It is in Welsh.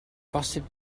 bosib